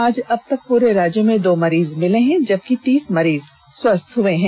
आज अब तक पूरे राज्य में दो मरीज मिले हैं जबकि तीस मरीज स्वस्थ हुए हैं